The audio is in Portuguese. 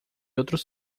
outros